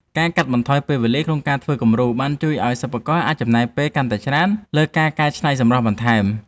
ការកាត់បន្ថយពេលវេលាក្នុងការធ្វើគំរូបានជួយឱ្យសិប្បករអាចចំណាយពេលកាន់តែច្រើនលើការកែច្នៃសម្រស់បន្ថែម។